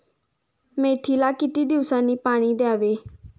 मेथीला किती दिवसांनी पाणी द्यावे?